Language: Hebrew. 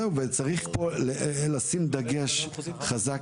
צריך פה לשים דגש חזק,